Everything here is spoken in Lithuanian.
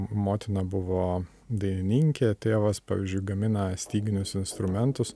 motina buvo dainininkė tėvas pavyzdžiui gamina styginius instrumentus